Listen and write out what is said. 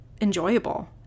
enjoyable